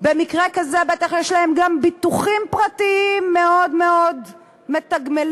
במקרה כזה בטח יש להם גם ביטוחים פרטיים מאוד מאוד מתגמלים,